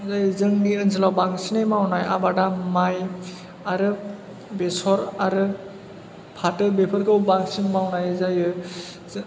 जायो जोंनि ओनसोलाव बांसिनै मावनाय आबादा माइ आरो बेसर आरो फाथो बेफोरखौ बांसिन मावनाय जायो